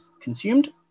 consumed